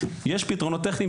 יש פתרונות טכניים,